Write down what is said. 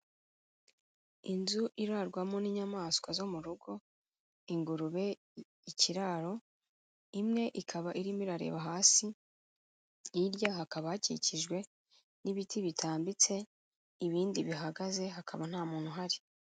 Inzu irarwamo n'inyamaswa zo mu rugo, ingurube, ikiraro, imwe ikaba irimo irareba hasi, hirya hakaba hakikijwe n'ibiti bitambitse, ibindi bihagaze, hakaba nta muntu uhari.